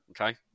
okay